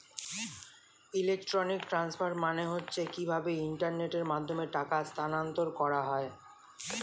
electronic transfer মানে হচ্ছে কিভাবে ইন্টারনেটের মাধ্যমে টাকা স্থানান্তর করা হয়